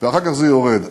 ואחר כך זה יורד.